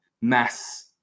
mass